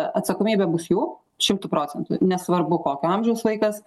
atsakomybė bus jų šimtu procentų nesvarbu kokio amžiaus vaikas